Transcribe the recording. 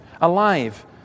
alive